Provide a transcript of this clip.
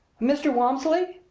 mr. walmsley!